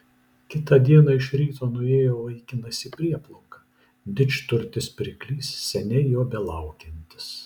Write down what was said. kitą dieną iš ryto nuėjo vaikinas į prieplauką didžturtis pirklys seniai jo belaukiantis